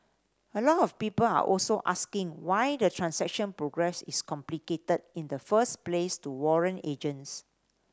a lot of people are also asking why the transaction progress is complicated in the first place to warrant agents